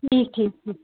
ٹھیٖک ٹھیٖک ٹھیٖک